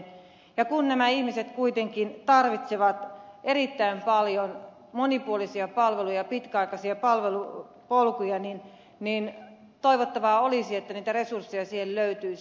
ja kun nämä ihmiset kuitenkin tarvitsevat erittäin paljon monipuolisia palveluja pitkäaikaisia palvelupolkuja niin toivottavaa olisi että niitä resursseja siihen löytyisi